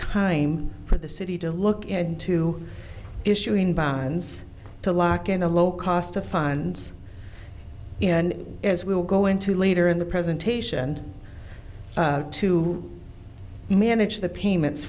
time for the city to look into issuing bonds to lock in the low cost to finance and as we will go into later in the presentation to manage the payments